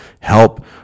help